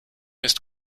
ist